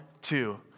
two